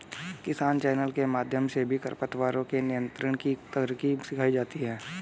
किसान चैनल के माध्यम से भी खरपतवारों के नियंत्रण की तरकीब सिखाई जाती है